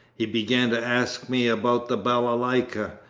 he began to ask me about the balalayka.